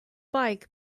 bike